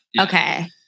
Okay